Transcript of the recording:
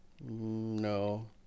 No